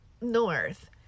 north